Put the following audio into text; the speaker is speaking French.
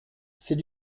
c’est